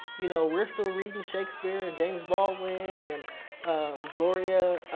you know we're still reading shakespeare and james baldwin and gloria,